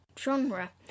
Genre